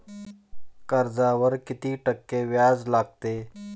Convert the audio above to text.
कर्जावर किती टक्के व्याज लागते?